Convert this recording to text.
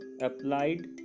applied